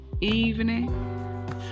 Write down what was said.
evening